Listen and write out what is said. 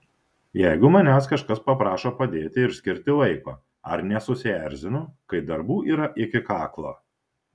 jeigu manęs kažkas paprašo padėti ir skirti laiko ar nesusierzinu kai darbų yra iki kaklo